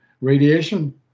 Radiation